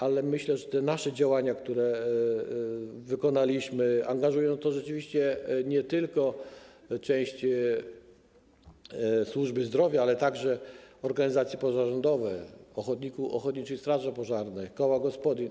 Ale myślę, że nasze działania, które wykonaliśmy, a zaangażowaliśmy w to rzeczywiście nie tylko część służby zdrowia, ale także organizacje pozarządowe, ochotnicze straże pożarne, koła gospodyń.